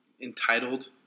entitled